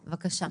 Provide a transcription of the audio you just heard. בבקשה.